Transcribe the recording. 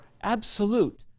absolute